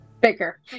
Bigger